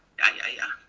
yeah yeah yeah.